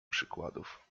przykładów